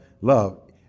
love